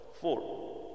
Four